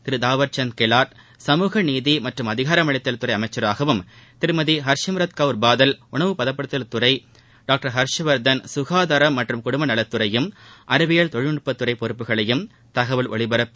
திரு தாவர்சந்த் கெலாட் சமூக நீதி மற்றும் அதிகாரமளித்தல் துறை அமைச்சராகவும் திருமதி ஹர்சிம்ரத் கௌர் பாதல் உணவு பதப்படுத்துதல் துறை டாக்டர் ஹர்ஷ்வர்தன் சுகாதாரம் மற்றும் குடும்பநலத்துறையையும் அறிவியல் தொழில்நுட்பத் துறை பொறுப்புகளையும் தகவல் ஒலிபரப்பு